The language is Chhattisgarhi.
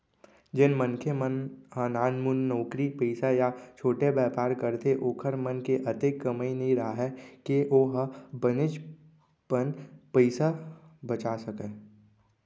जेन मनखे मन ह नानमुन नउकरी पइसा या छोटे बयपार करथे ओखर मन के अतेक कमई नइ राहय के ओ ह बनेचपन पइसा बचा सकय